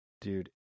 Dude